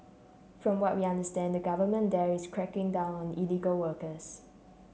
from what we understand the government there is cracking down illegal workers